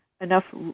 enough